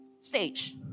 stage